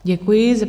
Děkuji.